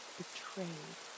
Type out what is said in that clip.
betrayed